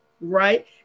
Right